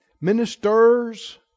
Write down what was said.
ministers